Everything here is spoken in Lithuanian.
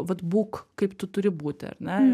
vat būk kaip tu turi būti ar ne